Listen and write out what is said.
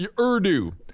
Urdu